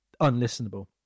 unlistenable